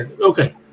Okay